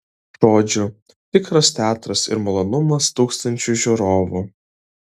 žodžiu tikras teatras ir malonumas tūkstančiui žiūrovų